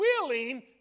willing